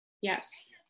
Yes